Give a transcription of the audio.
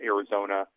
Arizona